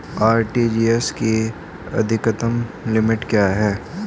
RTGS की अधिकतम limit क्या है?